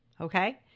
Okay